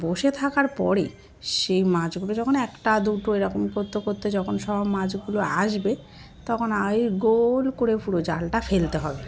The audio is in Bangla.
বসে থাকার পরে সেই মাছগুলো যখন একটা দুটো এরকম করতে করতে যখন সব মাছগুলো আসবে তখন ওই গোল করে পুরো জালটা ফেলতে হবে